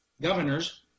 governors